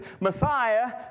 Messiah